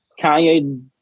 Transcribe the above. Kanye